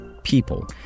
People